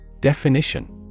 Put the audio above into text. Definition